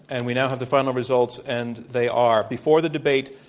and we now have the final results and they are before the debate,